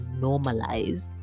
normalize